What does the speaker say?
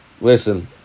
listen